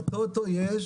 בטוטו יש